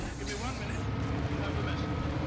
give me one minute and you shall have the message.